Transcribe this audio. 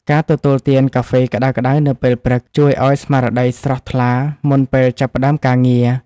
ការទទួលទានកាហ្វេក្តៅៗនៅពេលព្រឹក ជួយឱ្យស្មារតីស្រស់ថ្លាមុនពេលចាប់ផ្តើមការងារ។